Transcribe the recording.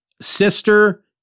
sister